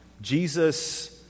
Jesus